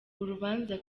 urubanza